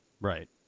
Right